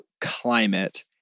climate